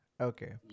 Okay